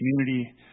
community